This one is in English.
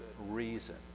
reason